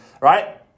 Right